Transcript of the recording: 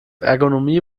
ergonomie